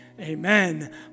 Amen